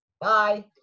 Bye